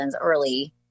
early